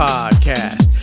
Podcast